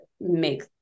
make